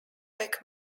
back